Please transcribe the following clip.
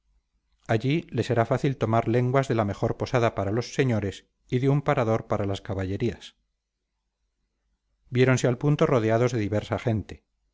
allí les era fácil tomar lenguas de la mejor posada para los señores y de un parador para las caballerías viéronse al punto rodeados de diversa gente